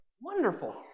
wonderful